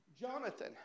Jonathan